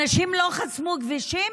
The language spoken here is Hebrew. אנשים לא חסמו כבישים?